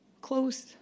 close